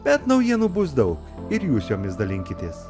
bet naujienų bus daug ir jūs jomis dalinkitės